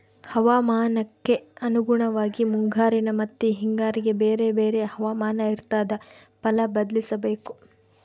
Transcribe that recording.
ಹವಾಮಾನಕ್ಕೆ ಅನುಗುಣವಾಗಿ ಮುಂಗಾರಿನ ಮತ್ತಿ ಹಿಂಗಾರಿಗೆ ಬೇರೆ ಬೇರೆ ಹವಾಮಾನ ಇರ್ತಾದ ಫಲ ಬದ್ಲಿಸಬೇಕು